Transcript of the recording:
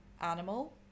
animal